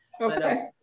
Okay